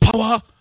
power